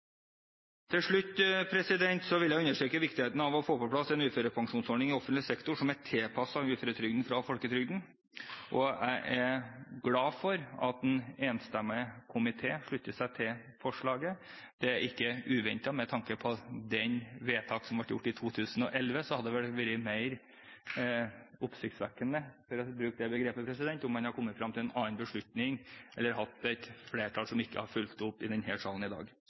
Til slutt vil jeg understreke viktigheten av å få på plass en uførepensjonsordning i offentlig sektor som er tilpasset uføretrygden fra folketrygden, og jeg er glad for at en enstemmig komité slutter seg til forslaget. Det er ikke uventet. Med tanke på det vedtaket som ble gjort i 2011, hadde det vel vært mer oppsiktsvekkende om en hadde kommet frem til en annen beslutning, eller hatt et flertall som ikke hadde fulgt opp i denne salen i dag.